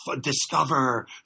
discover